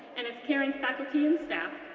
and its caring faculty and staff